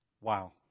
Wow